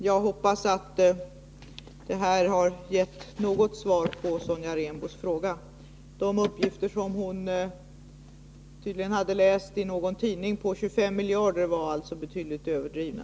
Jag hoppas att det här har gett något svar på Sonja Rembos fråga. De uppgifter som hon tydligen hade läst i någon tidning om 25 miljarder var alltså betydligt överdrivna.